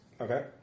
Okay